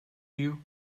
you